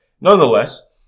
nonetheless